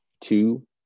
two